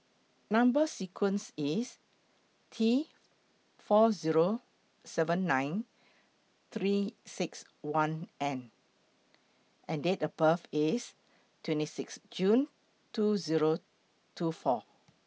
Number sequence IS T four Zero seven nine three six one N and Date of birth IS twenty six June two Zero two four